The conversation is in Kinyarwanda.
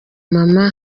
maman